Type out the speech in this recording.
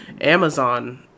Amazon